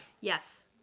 Yes